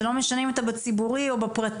זה לא משנה אם אתה בציבורי או בפרטי,